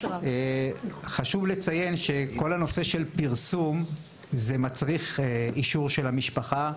חשוב לציין שכל הנושא של הפרסום הוא מצריך אישור של המשפחה.